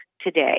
today